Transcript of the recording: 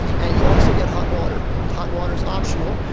and you also get hot water. the hot water's optional.